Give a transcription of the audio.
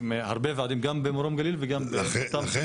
מהרבה ועדים גם במרום גליל וגם --- לכן,